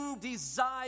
desire